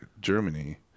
Germany